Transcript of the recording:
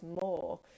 more